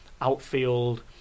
outfield